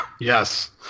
yes